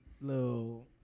little